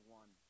one